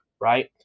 right